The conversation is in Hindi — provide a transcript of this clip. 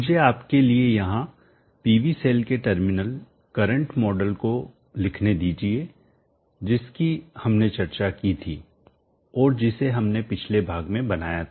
मुझे आपके लिए यहां पीवी सेल के टर्मिनल करंट मॉडल को लिखने दीजिए जिसकी हमने चर्चा की थी और जिसे हमने पिछले भाग में बनाया था